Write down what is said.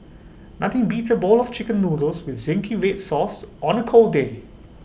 nothing beats A bowl of Chicken Noodles with Zingy Red Sauce on A cold day